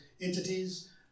entities